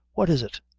what is it?